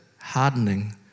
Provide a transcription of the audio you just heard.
hardening